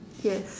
yes